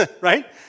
right